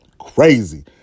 crazy